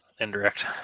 Indirect